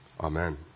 Amen